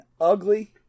ugly